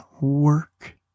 work